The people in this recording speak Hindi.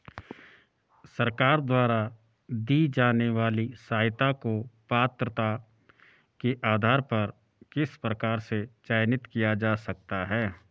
सरकार द्वारा दी जाने वाली सहायता को पात्रता के आधार पर किस प्रकार से चयनित किया जा सकता है?